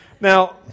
Now